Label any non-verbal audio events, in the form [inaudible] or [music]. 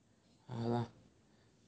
[laughs]